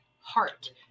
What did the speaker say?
heart